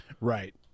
Right